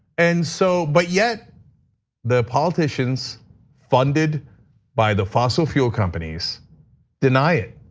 and so but yet the politicians funded by the fossil fuel companies deny it.